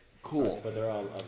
Cool